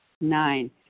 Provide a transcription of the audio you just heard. nine